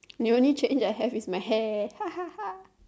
the only change I have is my hair